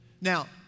Now